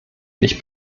nicht